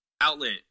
outlet